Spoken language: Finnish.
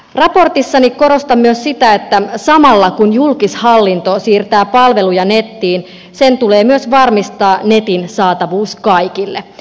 raportissani korostan myös sitä että samalla kun julkishallinto siirtää palveluja nettiin sen tulee myös varmistaa netin saatavuus kaikille